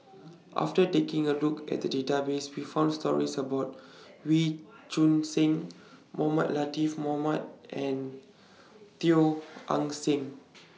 after taking A Look At The Database We found stories about Wee Choon Seng Mohamed Latiff Mohamed and Teo Eng Seng